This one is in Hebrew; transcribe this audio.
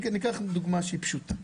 ניקח דוגמה פשוטה.